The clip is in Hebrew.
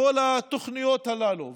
לכל התוכניות הללו.